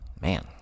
Man